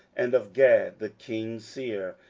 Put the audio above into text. and of gad the king's seer,